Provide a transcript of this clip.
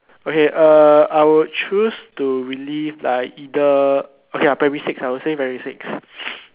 okay uh I would choose to relive like either okay lah primary six I would say primary six